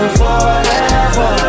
forever